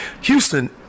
Houston